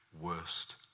worst